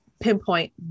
pinpoint